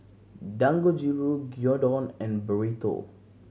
Dangojiru Gyudon and Burrito